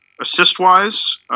Assist-wise